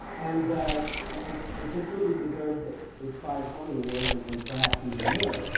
and completely deserved its five tony awards, and and perhaps even more.